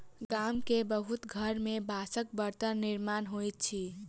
गाम के बहुत घर में बांसक बर्तनक निर्माण होइत अछि